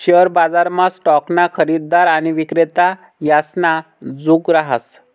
share बजारमा स्टॉकना खरेदीदार आणि विक्रेता यासना जुग रहास